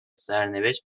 سرنوشت